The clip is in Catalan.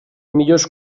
millors